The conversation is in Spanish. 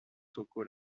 tocó